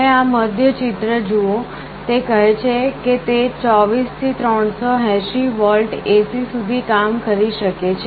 તમે આ મધ્ય ચિત્ર જુઓ તે કહે છે કે તે 24 થી 380 વોલ્ટ AC સુધી કામ કરે છે